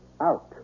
out